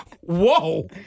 Whoa